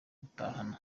gutahana